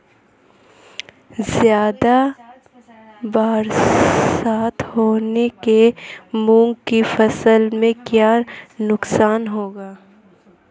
ज़्यादा बरसात होने से मूंग की फसल में क्या नुकसान होगा?